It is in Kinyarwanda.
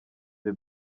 the